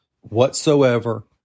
whatsoever